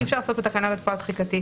אי-אפשר לעשות פה תקנה בעלת פועל תחיקתי,